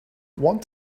want